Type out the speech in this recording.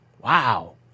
Wow